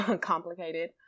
complicated